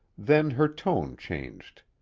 then her tone changed.